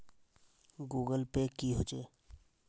Google pay की होचे?